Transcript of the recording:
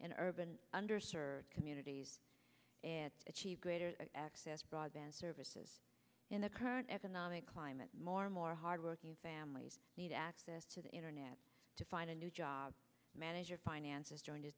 and urban under served communities achieve greater access broadband services in the current economic climate more and more hard working families need access to the internet to find a new job manage your finances join